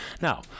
Now